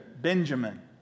Benjamin